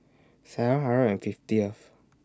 seven hundred and fiftieth